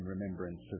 remembrance